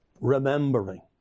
remembering